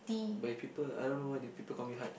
but if people I don't know why they people call me Hud